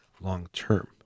long-term